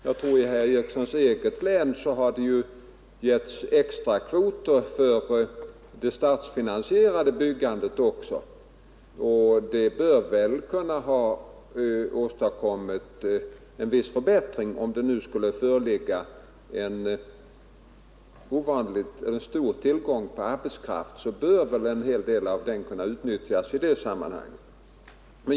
Jag tror att det i herr Erikssons eget län getts extrakvoter för statsfinansierat byggande också, och det bör ha åstadkommit en viss förbättring. Om det funnits stor tillgång på arbetskraft bör väl en del av den ha utnyttjats i det sammanhanget.